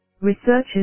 Researchers